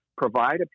provide